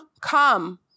Come